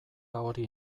hori